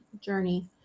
journey